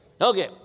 Okay